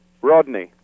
Rodney